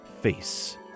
Face